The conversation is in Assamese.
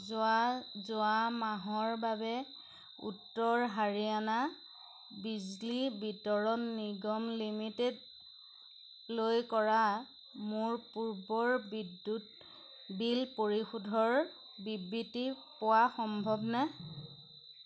যোৱা যোৱা মাহৰ বাবে উত্তৰ হাৰিয়ানা বিজুলী বিতৰণ নিগম লিমিটেডলৈ কৰা মোৰ পূৰ্বৰ বিদ্যুৎ বিল পৰিশোধৰ বিবৃতি পোৱা সম্ভৱনে